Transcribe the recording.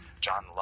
John